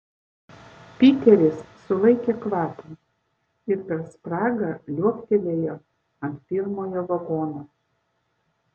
piteris sulaikė kvapą ir per spragą liuoktelėjo ant pirmojo vagono